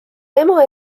ema